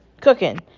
cooking